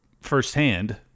firsthand